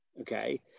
okay